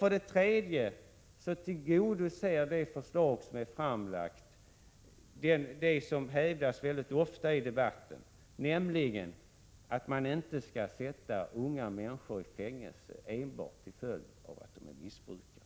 För det tredje tillgodoses i det framlagda förslaget något som mycket ofta hävdas i debatten, nämligen att unga människor inte skall sättas i fängelse enbart till följd av att de är missbrukare.